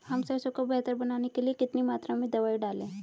हम सरसों को बेहतर बनाने के लिए कितनी मात्रा में दवाई डालें?